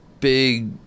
big